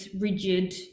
rigid